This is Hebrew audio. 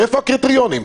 איפה הקריטריונים?